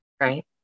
right